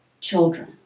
children